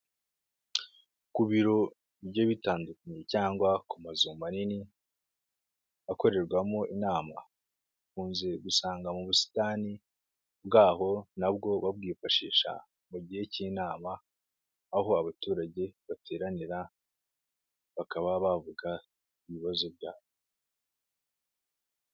Ku biro bigiye bitandukanye cyangwa ku mazu manini akorerwamo inama, ukunze gusanga mu busitani bwaho nabwo babwifashisha mu gihe cy'inama aho abaturage bateranira bakaba bavuga ibibazo byabo.